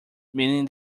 meaning